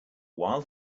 while